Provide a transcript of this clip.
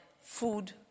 food